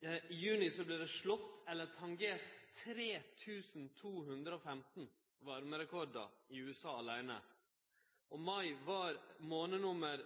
I juni vart 3215 varmerekordar tangerte i USA aleine. Mai var månad nummer